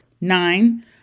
Nine